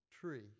tree